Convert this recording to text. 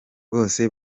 bose